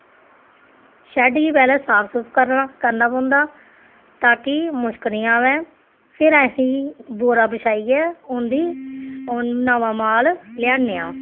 shed गी पैह्ले साफ सूफ करना पौंदा ता कि मुश्क नेईं आवै फिर असी बूरा बिछाइयै उं'दी नमां माल लेआने आं